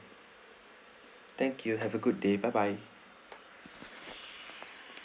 thank you have a good day bye bye